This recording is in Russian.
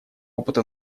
опыту